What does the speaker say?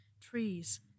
Trees